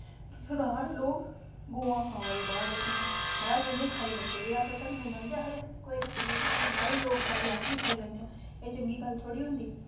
सरदार लोक गवां खा'रदे बाह्र दिक्खो हां बाह्र रौंह्दे खाई लैंदे ऐं अपने घर्मे गी मनदे आखदे कोई गल्ल नेईं बाह्रे दे लोक खा'रदे अस बी खाई लैन्नेआं एह् चंगी गल्ल थोड़ी होंदी ऐ